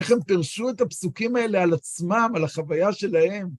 איך הם פירשו את הפסוקים האלה על עצמם, על החוויה שלהם.